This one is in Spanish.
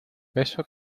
beso